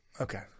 Okay